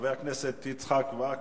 חבר הכנסת יצחק וקנין,